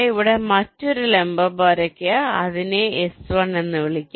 ഇവിടെ മറ്റൊരു ലംബ വര വരയ്ക്കുക ഇതിനെയും S1 എന്ന് വിളിക്കുക